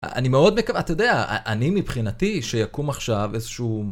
אני מאוד מקווה, אתה יודע, אני מבחינתי שיקום עכשיו איזשהו...